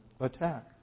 attack